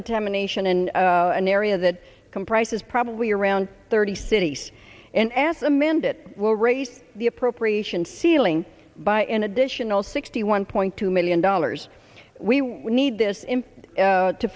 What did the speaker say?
contamination in an area that comprises probably around thirty cities and asked amend it will raise the appropriation ceiling by an additional sixty one point two million dollars we need this in to